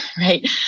right